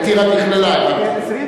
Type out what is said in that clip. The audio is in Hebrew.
וטירה נכללה, הבנתי.